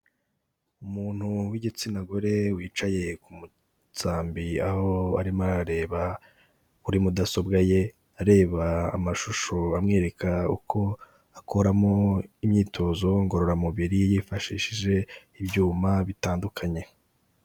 Umuntu w'igitsina gore wicaye ku mu musambi, aho arimo arareba kuri mudasobwa ye areba amashusho amwereka uko akoramo imyitozo ngororamubiri, yifashishije ibyuma bitandukanye.